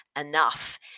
enough